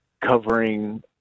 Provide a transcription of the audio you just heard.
covering